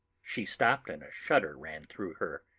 she stopped and a shudder ran through her,